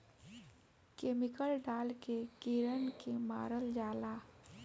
chemical डाल के कीड़न के मारल जाला